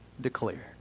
declared